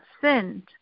sinned